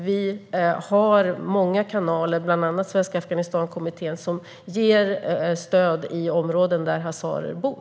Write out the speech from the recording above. Vi har många kanaler, bland annat Svenska Afghanistankommittén som ger stöd i områden där hazarer bor.